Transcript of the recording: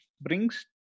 brings